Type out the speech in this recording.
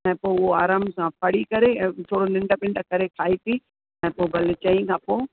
ऐं पोइ उहो आरामु सां पढ़ी करे ऐं थोरो निंढ बिंढ करे खाई पी ऐं पोइ भले चई खां पोइ